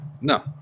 no